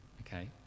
okay